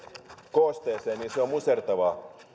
koosteeseen ja se on musertavaa